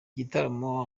gitaramo